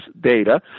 data